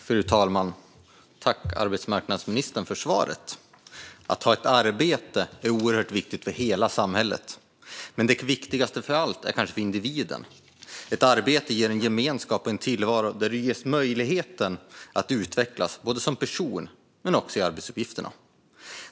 Fru talman! Tack, arbetsmarknadsministern, för svaret! Att människor har ett arbete är oerhört viktigt för hela samhället, men allra viktigast är det kanske för individen. Ett arbete ger en gemenskap och en tillvaro där du ges möjlighet att utvecklas, både som person och när det gäller arbetsuppgifterna.